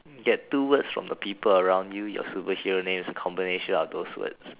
get two words from the people around you your superhero name is combination of those words